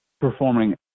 performing